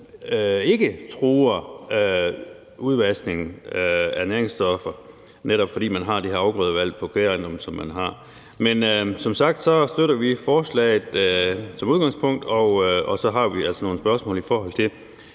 jo ikke truer udvaskningen af næringsstoffer, netop fordi man har det her afgrødevalg på kvægejendomme, som man har. Men som sagt støtter vi forslaget i udgangspunktet, og så har vi altså nogle spørgsmål i forhold til